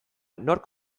nork